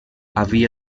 havia